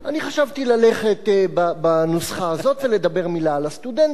חשבתי ללכת על-פי הנוסחה הזאת ולדבר מלה על הסטודנטים,